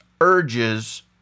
Urges